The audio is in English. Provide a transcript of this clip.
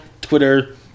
Twitter